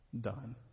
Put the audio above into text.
done